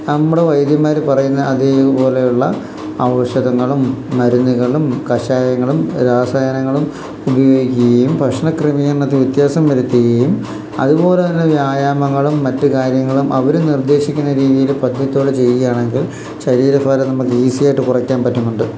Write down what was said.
നമ്മുടെ വൈദ്യമാര് പറയുന്ന അതേപോലെയുള്ള ഔഷധങ്ങളും മരുന്നുകളും കഷായങ്ങളും രാസായനങ്ങളും ഉപയോഗിക്കുകയും ഭക്ഷണക്രമീകരണത്തില് വ്യത്യാസം വരുത്തുകയും അതുപോലെ തന്നെ വ്യായാമങ്ങളും മറ്റു കാര്യങ്ങളും അവര് നിർദ്ദേശിക്കുന്ന രീതിയില് പഥ്യത്തോടെ ചെയ്യുകയാണെങ്കിൽ ശരീരഭാരം നമുക്ക് ഈസിയായിട്ടു കുറയ്ക്കാൻ പറ്റുന്നുണ്ട്